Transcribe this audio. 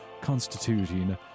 constituting